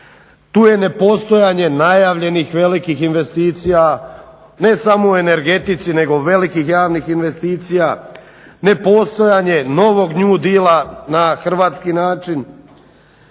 tu je nepostojanje najavljenih velikih investicija ne samo u energetici nego velikih javnih investicija, nepostojanje novog new dila na hrvatski način,